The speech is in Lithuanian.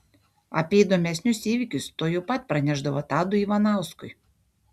apie įdomesnius įvykius tuojau pat pranešdavo tadui ivanauskui